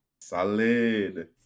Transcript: Solid